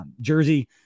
jersey